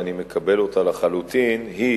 שאני מקבל אותה לחלוטין, היא